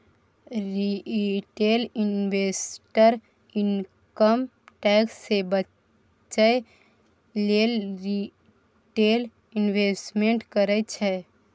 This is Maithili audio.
रिटेल इंवेस्टर इनकम टैक्स सँ बचय लेल रिटेल इंवेस्टमेंट करय छै